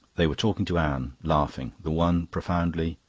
they were talking to anne, laughing, the one profoundly,